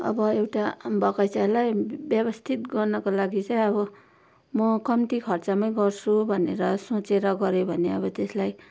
अब एउटा बगैँचालाई व्यवस्थित गर्नको लागि चाहिँ अब म कम्ती खर्चमै गर्छु भनेर सोचेर गऱ्यो भने अब त्यसलाई